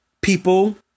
People